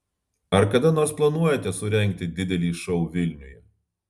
ar kada nors planuojate surengti didelį šou vilniuje